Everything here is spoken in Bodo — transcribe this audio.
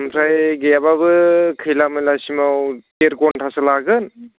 ओमफ्राय गैयाबाबो खैलामैलासिमआव देर घन्थासो लागोन